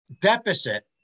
deficit